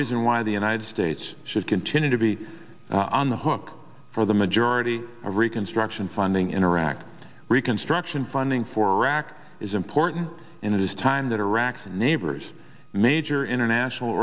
reason why the united states should continue to be on the hook for the majority of reconstruction funding in iraq reconstruction funding for rack is important and it is time that iraq's neighbors major international